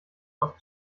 aus